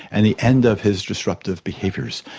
and the end of his disruptive behaviours,